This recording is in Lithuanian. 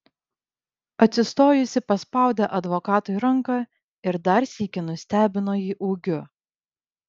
atsistojusi paspaudė advokatui ranką ir dar sykį nustebino jį ūgiu